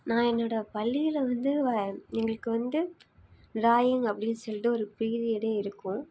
நான் என்னோட பள்ளியில் வந்து எங்களுக்கு வந்து ட்ராயிங் அப்படின் சொல்லிவிட்டு ஒரு பீரியடே இருக்கும்